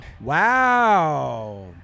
Wow